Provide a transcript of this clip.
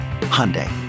Hyundai